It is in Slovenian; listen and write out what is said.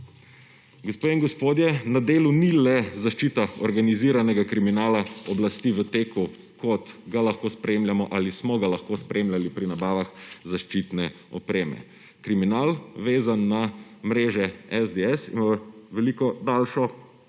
Gospe in gospodje, na delu ni le zaščita organiziranega kriminala oblasti v teku, kot ga lahko spremljamo ali smo ga lahko spremljali pri nabavah zaščitne opreme. Kriminal, vezan na mreže SDS, ima veliko daljšo